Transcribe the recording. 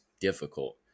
difficult